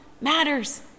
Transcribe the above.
matters